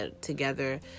together